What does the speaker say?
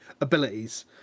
abilities